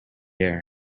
air